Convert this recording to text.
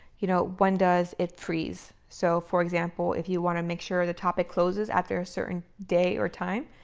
you know, when does it freeze? so, for example, if you want to make sure the topic closes after a certain date or time,